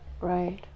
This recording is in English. Right